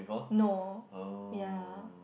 no ya